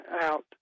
out